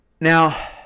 Now